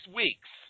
weeks